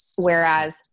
Whereas